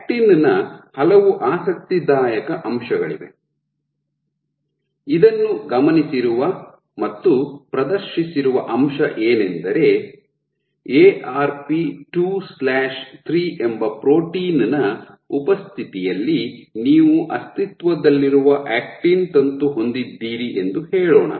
actin ನ ಹಲವು ಆಸಕ್ತಿದಾಯಕ ಅಂಶಗಳಿವೆ ಇದನ್ನು ಗಮನಿಸಿರುವ ಮತ್ತು ಪ್ರದರ್ಶಿಸಿರುವ ಅಂಶ ಏನೆಂದರೆ ಎ ಆರ್ ಪಿ 23 ಎಂಬ ಪ್ರೋಟೀನ್ ನ ಉಪಸ್ಥಿತಿಯಲ್ಲಿ ನೀವು ಅಸ್ತಿತ್ವದಲ್ಲಿರುವ ಆಕ್ಟಿನ್ ತಂತು ಹೊಂದಿದ್ದೀರಿ ಎಂದು ಹೇಳೋಣ